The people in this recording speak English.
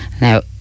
Now